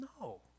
No